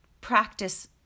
practice